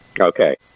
Okay